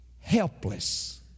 helpless